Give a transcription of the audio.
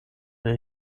der